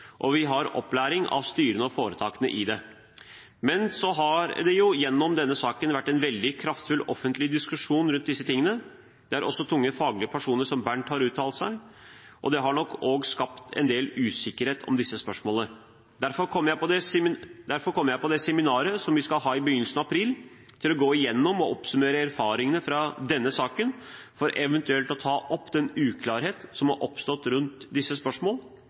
og vi har opplæring av styrene og foretakene i det. Men så har det jo gjennom denne saken vært en veldig kraftfull offentlig diskusjon rundt disse tingene, der også tunge faglige personer som Bernt har uttalt seg, og det har nok òg skapt en del usikkerhet om disse spørsmålene. Derfor kommer jeg på det seminaret som vi skal ha i begynnelsen av april, til å gå igjennom og oppsummere erfaringene fra denne saken for eventuelt å ta opp den uklarhet som har oppstått rundt disse